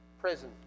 Prison